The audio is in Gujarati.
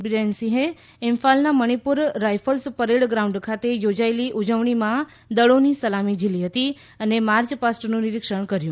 બિરેન સિંહે ઇમ્ફાલના મણિપુર રાઇફલ્સ પરેડ ગ્રાઉન્ડ ખાતે યોજાયેલી ઉજવણીમાં દળોની સલામી ઝીલી હતી અને માર્ચ પાસ્ટનું નિરીક્ષણ કર્યું